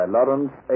Lawrence